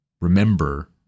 Remember